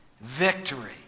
victory